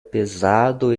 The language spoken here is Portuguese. pesado